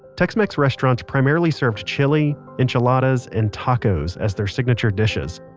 tex-mex restaurants primarily served chili, enchiladas and tacos as their signature dishes.